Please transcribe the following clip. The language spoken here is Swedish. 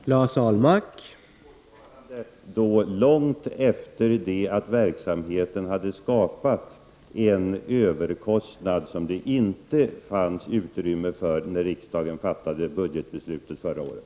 Herr talman! Det är fortfarande långt efter det att verksamheten hade skapat en överkostnad som det inte fanns utrymme för i riksdagens budgetbeslut förra året.